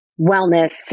wellness